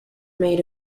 made